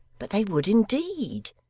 but they would indeed.